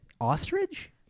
ostrich